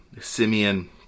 Simeon